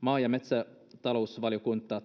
maa ja metsätalousvaliokunta